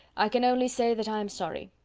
i can only say that i am sorry.